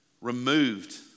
removed